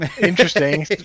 interesting